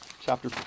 chapter